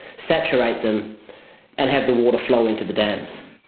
saturate them and have the water flow into the dams.